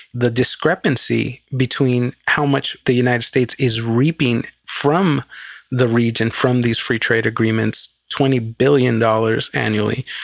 the discrepancy between how much the united states is reaping from the region, from these free trade agreements, twenty billion dollars annually,